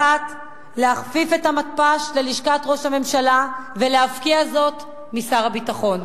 1. להכפיף את המתפ"ש ללשכת ראש הממשלה ולהפקיע זאת משר הביטחון.